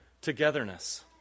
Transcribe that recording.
togetherness